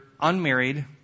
unmarried